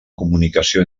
comunicació